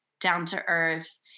down-to-earth